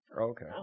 Okay